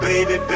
Baby